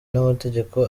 n’amategeko